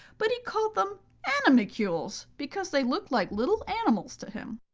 but he called them animalcules, because they looked like little animals to him.